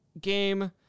game